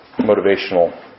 motivational